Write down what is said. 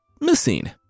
missing